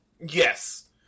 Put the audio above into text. Yes